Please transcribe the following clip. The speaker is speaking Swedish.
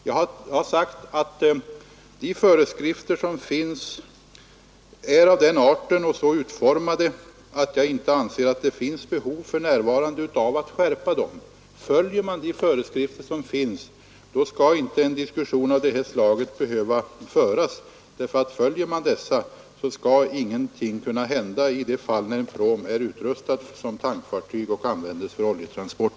Jag har sagt att de föreskrifter som finns är så utformade att det inte finns behov av att skärpa dem. Följer man de föreskrifter som finns, skall inte en diskussion av det här slaget behöva föras — ingenting skall kunna hända när en pråm är utrustad som tankfartyg och används för oljetransport.